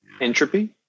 entropy